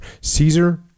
Caesar